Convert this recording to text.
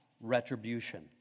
Retribution